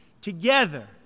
together